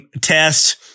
test